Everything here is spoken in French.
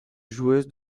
joueuses